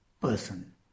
person